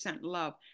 love